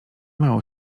mało